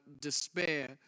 despair